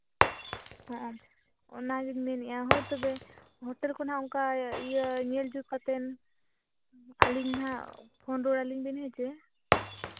ᱦᱚᱸᱜᱼᱚ ᱚᱱᱟᱜᱤᱧ ᱢᱮᱱᱮᱫᱼᱟ ᱦᱳᱭ ᱛᱚᱵᱮ ᱦᱳᱴᱮᱞ ᱠᱚ ᱦᱟᱸᱜ ᱚᱱᱠᱟ ᱤᱭᱟᱹ ᱧᱮᱞ ᱡᱩᱛ ᱠᱟᱛᱮᱫ ᱟᱹᱞᱤᱧ ᱦᱟᱸᱜ ᱯᱷᱳᱱ ᱨᱩᱣᱟᱹᱲ ᱟᱹᱞᱤᱧ ᱵᱮᱱ ᱦᱮᱸ ᱥᱮ